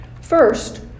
First